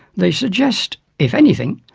they suggest, if anything,